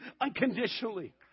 unconditionally